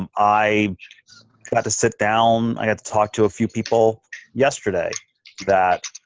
um i got to sit down, i got to talk to a few people yesterday that